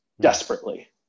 Desperately